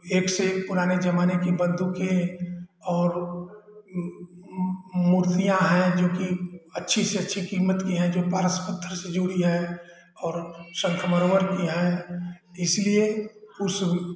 एक से एक पुराने जमाने की बंदूकें और मूर्तियाँ हैं जो की अच्छी से अच्छी कीमत की हैं जो पारस पत्थर से जुड़ी हैं और संगमरमर की हैं इसलिए उस